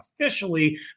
officially